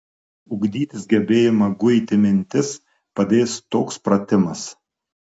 ugdytis gebėjimą guiti mintis padės toks pratimas